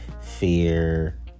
Fear